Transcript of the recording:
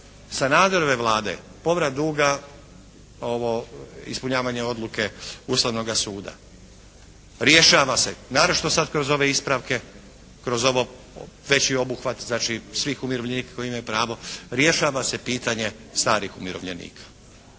Sanaderove Vlade povrat dug ovo ispunjavanje odluke Ustavnoga suda. Rješava se naročito sada kroz ove ispravke, kroz veći obuhvat znači svih umirovljenika koji imaju pravo, rješava se pitanje starih umirovljenika.